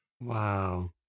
Wow